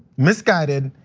misguided,